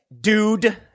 dude